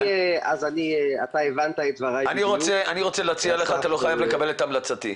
אני רוצה להציע לך ואתה לא חייב לקבל את המלצתי.